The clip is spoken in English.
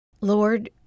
Lord